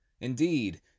Indeed